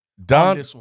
Don